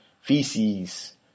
feces